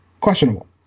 questionable